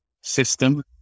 system